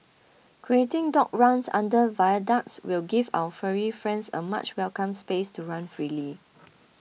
creating dog runs under viaducts will give our furry friends a much welcome space to run freely